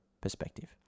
perspective